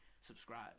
subscribe